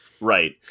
right